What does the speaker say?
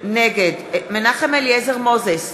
נגד מנחם אליעזר מוזס,